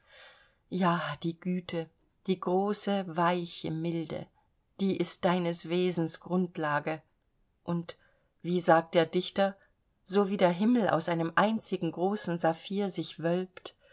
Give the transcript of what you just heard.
ja die güte die große weiche milde die ist deines wesens grundlage und wie sagt der dichter so wie der himmel aus einem einzigen großen saphir sich wölbt